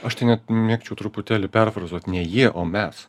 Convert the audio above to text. aš tai net mėgčiau truputėlį perfrazuot ne jie o mes